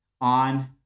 on